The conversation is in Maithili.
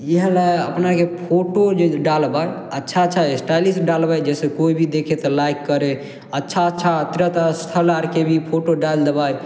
इएह लए अपनाके फोटो जे डालबय अच्छा अच्छा स्टाइलिश डालबय जाहिसँ कोइ भी देखय तऽ लाइक करय अच्छा अच्छा तीर्थस्थल आरके भी फोटो डालि देबै